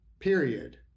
period